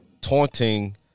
taunting